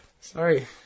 sorry